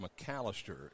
McAllister